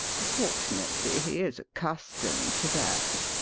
fortunately he is accustomed to that.